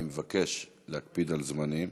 אני מבקש להקפיד על זמנים.